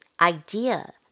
idea